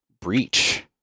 Breach